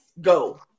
go